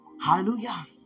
Hallelujah